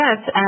Yes